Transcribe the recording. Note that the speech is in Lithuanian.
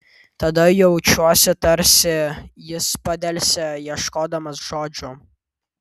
tada jaučiuosi tarsi jis padelsė ieškodamas žodžių